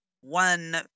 one